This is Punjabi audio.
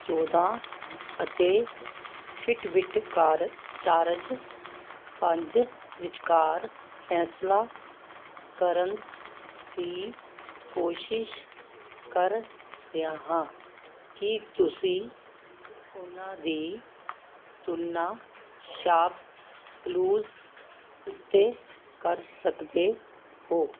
ਚੌਦਾਂ ਅਤੇ ਫਿਟਬਿਟ ਕਾਰਜ ਚਾਰਜ ਪੰਜ ਵਿਚਕਾਰ ਫੈਸਲਾ ਕਰਨ ਦੀ ਕੋਸ਼ਿਸ਼ ਕਰ ਰਿਹਾ ਹਾਂ ਕੀ ਤੁਸੀਂ ਉਹਨਾਂ ਦੀ ਤੁਲਨਾ ਸ਼ਾਪਕਲੂਜ਼ ਉੱਤੇ ਕਰ ਸਕਦੇ ਹੋ